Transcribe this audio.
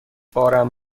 بارم